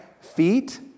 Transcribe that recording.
feet